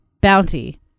Bounty